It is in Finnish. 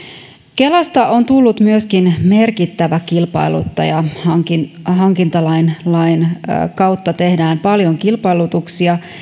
kelasta on tullut myöskin merkittävä kilpailuttaja hankintalain kautta tehdään paljon kilpailutuksia